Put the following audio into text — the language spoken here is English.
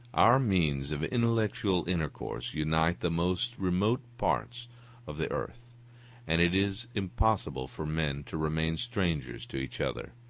our means of intellectual intercourse unite the most remote parts of the earth and it is impossible for men to remain strangers to each other,